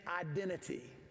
identity